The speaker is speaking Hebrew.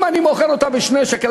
אם אני מוכר אותה ב-2 שקלים,